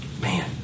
Man